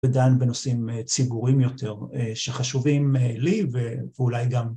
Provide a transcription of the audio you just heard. ודן בנושאים ציבוריים יותר שחשובים לי ואולי גם